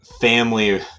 family